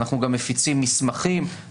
אנחנו גם מפיצים מסמכים.